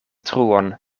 truon